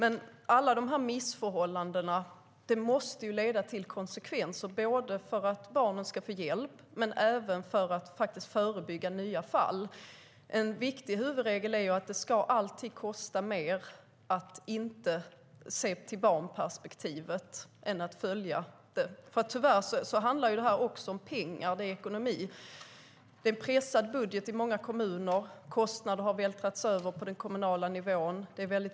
Alla dessa missförhållanden måste leda till konsekvenser, både för att barnen ska få hjälp och för att förebygga nya fall. En viktig huvudregel är att det alltid ska kosta mer att inte se till barnperspektivet än att följa det. Tyvärr handlar detta också om pengar - det är ekonomi. Många kommuner har en pressad budget. Kostnader har vältrats över på den kommunala nivån.